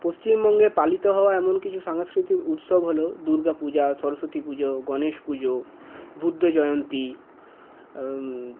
পশ্চিমবঙ্গে পালিত হওয়া এমন কিছু সাংস্কৃতিক উৎসব হলো দুর্গাপূজা সরস্বতী পুজো গনেশ পুজো বুদ্ধ জয়ন্তী